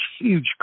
huge